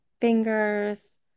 fingers